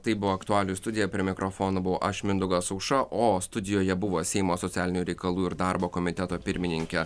tai buvo aktualijų studija prie mikrofono buvau aš mindaugas aušra o studijoje buvo seimo socialinių reikalų ir darbo komiteto pirmininkė